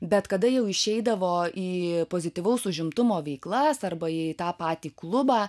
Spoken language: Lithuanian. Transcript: bet kada jau išeidavo į pozityvaus užimtumo veiklas arba į tą patį klubą